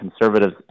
Conservatives